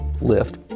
lift